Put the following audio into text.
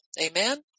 Amen